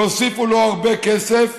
שהוסיפו לו הרבה כסף,